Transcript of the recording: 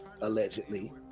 allegedly